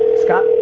scott?